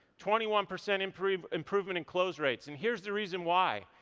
twenty one percent improvement improvement in closed rates, and here's the reason why.